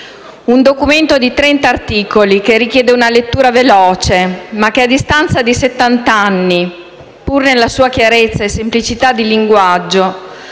un documento di trenta articoli che richiede una lettura veloce, ma che a distanza di settanta anni, pur nella sua chiarezza e semplicità di linguaggio,